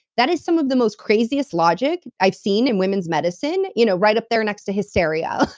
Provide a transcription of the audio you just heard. that is some of the most craziest logic i've seen in women's medicine, you know right up there next to hysteria.